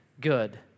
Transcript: good